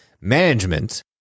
management